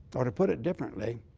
or to put it differently,